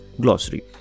glossary